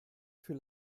für